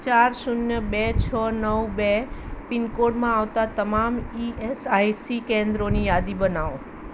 ચાર શૂન્ય બે છ નવ બે પિનકોડમાં આવતાં તમામ ઇએસઆઇસી કેન્દ્રોની યાદી બનાવો